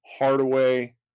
Hardaway